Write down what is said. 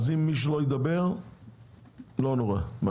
אז אם מישהו לא ידבר לא נורא.